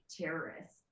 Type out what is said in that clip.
terrorists